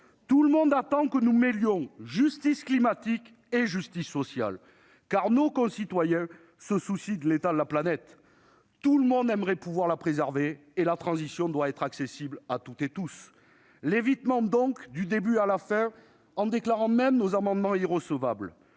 Tout le monde attend que nous mêlions justice climatique et justice sociale. Nos concitoyens se soucient de l'état de la planète et aimeraient pouvoir la préserver. La transition doit donc être accessible à toutes et à tous. L'évitement a été total, du début à la fin, la commission déclarant même nos amendements irrecevables.